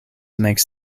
makes